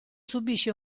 subisce